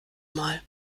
mal